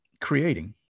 creating